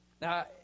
Now